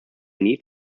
need